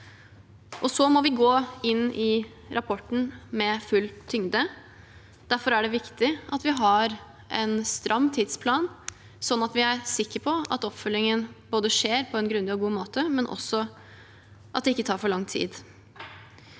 Vi må gå inn i rapporten med full tyngde. Derfor er det viktig at vi har en stram tidsplan, slik at vi er sikre på at oppfølgingen skjer på en grundig og god måte, men også at det ikke tar for lang tid.